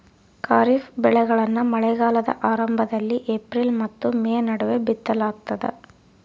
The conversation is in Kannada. ಖಾರಿಫ್ ಬೆಳೆಗಳನ್ನ ಮಳೆಗಾಲದ ಆರಂಭದಲ್ಲಿ ಏಪ್ರಿಲ್ ಮತ್ತು ಮೇ ನಡುವೆ ಬಿತ್ತಲಾಗ್ತದ